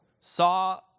saw